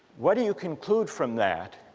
what do you conclude from that